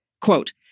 quote